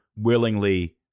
willingly